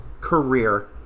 career